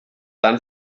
tan